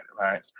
right